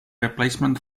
replacement